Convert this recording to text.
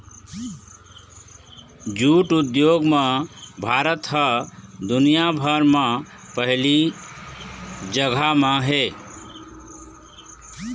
jute उद्योग म भारत ह दुनिया भर म पहिली जघा म हे